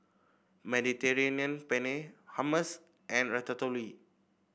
Mediterranean Penne Hummus and Ratatouille